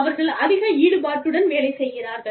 அவர்கள் அதிக ஈடுப்பாட்டுடன் வேலை செய்கிறார்கள்